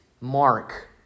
Mark